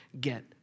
get